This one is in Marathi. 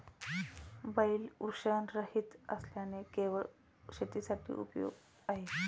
बैल वृषणरहित असल्याने केवळ शेतीसाठी उपयुक्त आहे